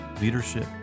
leadership